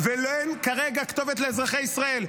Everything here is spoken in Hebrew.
ואין כרגע כתובת לאזרחי ישראל,